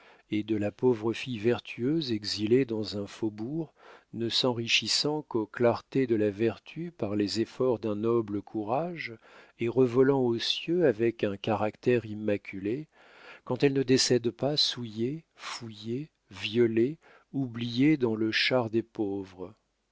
et de la pauvre fille vertueuse exilée dans un faubourg ne s'enrichissant qu'aux clartés de la vertu par les efforts d'un noble courage et revolant aux cieux avec un caractère immaculé quand elle ne décède pas souillée fouillée violée oubliée dans le char des pauvres